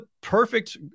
perfect